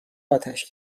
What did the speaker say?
آتش